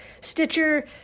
Stitcher